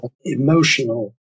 emotional